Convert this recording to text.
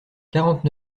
quarante